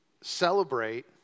celebrate